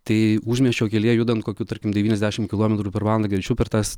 tai užmiesčio kelyje judant kokiu tarkim devyniasdešimt kilometrų per valandą greičiu per tas